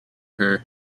her